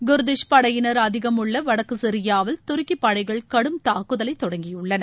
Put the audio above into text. Kurdish படையினர் அதிகம் உள்ள வடக்கு சிரியாவில் துருக்கி படைகள் கடும் தாக்குதலை தொடங்கியுள்ளன